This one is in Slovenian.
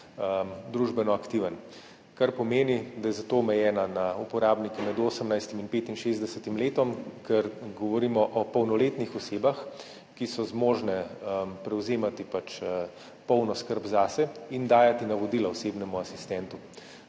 družbeno aktiven. Kar pomeni, da je za to omejena na uporabnike med 18 in 65 letom, ker govorimo o polnoletnih osebah, ki so zmožne prevzemati polno skrb zase in dajati navodila osebnemu asistentu,